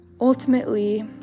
ultimately